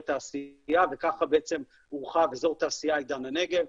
תעשייה וכך הורחב אזור התעשייה עידן הנגב,